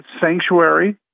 sanctuary